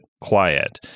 quiet